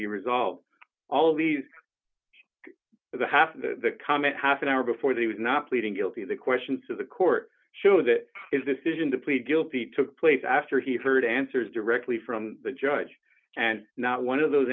be resolved all of these the half of the comment half an hour before they would not pleading guilty the question to the court shows it is this is him to plead guilty took place after he heard answers directly from the judge and not one of those